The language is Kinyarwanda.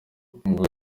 ngo